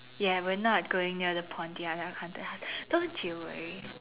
ya we are not going near the pontianak haunted house don't you worry